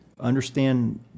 understand